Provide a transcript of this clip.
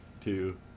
two